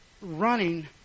running